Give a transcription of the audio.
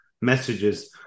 messages